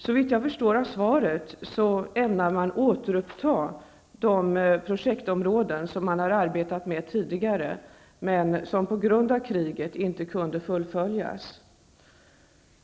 Såvitt jag förstår av svaret ämnar man återuppta de projektområden som man tidigare arbetat med men där verksamheten på grund av kriget inte kunde fullföljas.